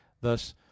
Thus